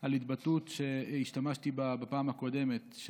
על התבטאות שהשתמשתי בה בפעם הקודמת,